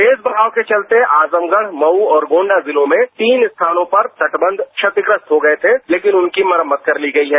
तेज बहाव के चलते आजमगढ़ मऊ और गोंडा जिलों में तीन स्थानों पर तटबंध क्षतिग्रस्त हो गए थे लेकिन उनकी मरम्मत कर ली गई है